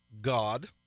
God